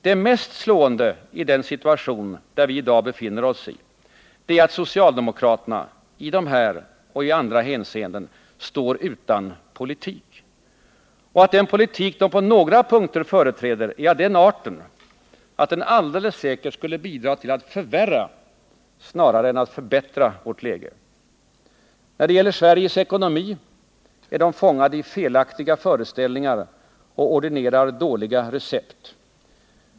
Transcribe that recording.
Det mest slående i den situation som vi i dag befinner oss i är att socialdemokraterna i dessa och i andra hänseenden står utan politik och att den politik de på några punkter företräder är av den arten att den alldeles säkert skulle bidra till att förvärra snarare än att förbättra vårt läge. När det gäller Sveriges ekonomi är de fångade i felaktiga föreställningar och ordinerar dåliga recept.